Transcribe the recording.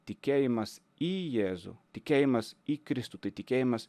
tikėjimas į jėzų tikėjimas į kristų tikėjimas